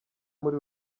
muri